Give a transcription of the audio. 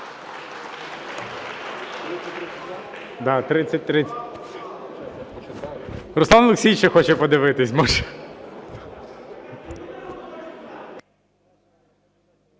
Руслан Олексійович ще хоче подивитися